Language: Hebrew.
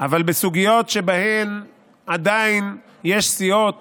אבל בסוגיות שבהן עדיין יש סיעות